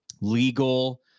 legal